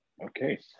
okay